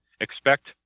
expect